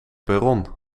perron